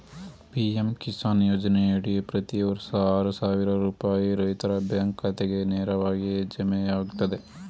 PM Kisan ಯೋಜನೆಯಡಿ ಪ್ರತಿ ವರ್ಷ ಆರು ಸಾವಿರ ರೂಪಾಯಿ ರೈತರ ಬ್ಯಾಂಕ್ ಖಾತೆಗೆ ನೇರವಾಗಿ ಜಮೆಯಾಗ್ತದೆ